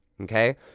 okay